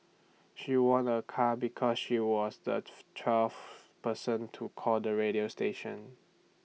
she won A car because she was the twelfth person to call the radio station